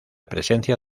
presencia